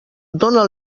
dóna